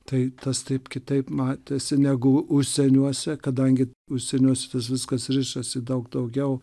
tai tas taip kitaip matėsi negu užsieniuose kadangi užsieniuose viskas rišasi daug daugiau